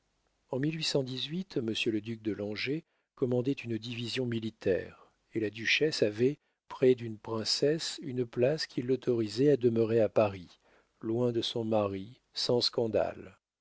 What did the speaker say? en le duc de langeais commandait une division militaire et la duchesse avait près d'une princesse une place qui l'autorisait à demeurer à paris loin de son mari sans scandale